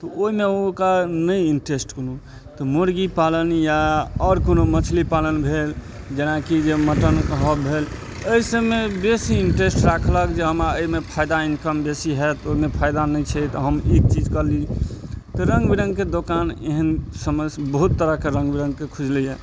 तऽ ओहिमे ओकर नहि इंटरेस्ट कोनो तऽ मुर्गी पालन या आओर कोनो मछली पालन भेल जेनाकि जे मटन हब भेल एहिसबमे बेसी इंटरेस्ट राखलक जे हमरा एहिमे फायदा इनकम बेसी होएत ओहिमे फायदा नहि छै तऽ हम ई चीज कऽ ली तऽ रङ्ग बिरङ्गके दोकान एहेन समय सऽ बहुत तरहके रङ्ग बिरङ्गके खुजलैहए